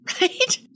right